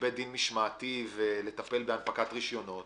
בית דין משמעתי ולטפל בהנפקת רישיונות